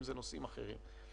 אם זה נושאים אחרים.